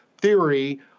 theory